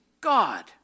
God